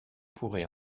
pourrez